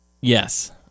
Yes